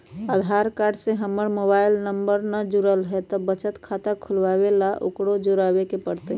आधार card से हमर mobile number न जुरल है त बचत खाता खुलवा ला उकरो जुड़बे के पड़तई?